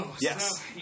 Yes